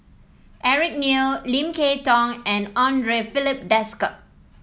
Eric Neo Lim Kay Tong and Andre Filipe Desker